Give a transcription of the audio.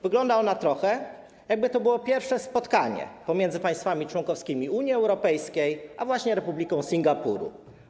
Wygląda ona trochę tak, jakby to było pierwsze spotkanie pomiędzy państwami członkowskimi Unii Europejskiej a Republiką Singapuru.